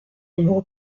numéro